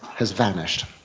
has vanished.